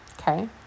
Okay